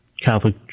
Catholic